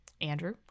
Andrew